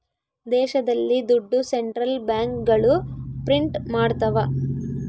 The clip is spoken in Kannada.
ದೇಶದಲ್ಲಿ ದುಡ್ಡು ಸೆಂಟ್ರಲ್ ಬ್ಯಾಂಕ್ಗಳು ಪ್ರಿಂಟ್ ಮಾಡ್ತವ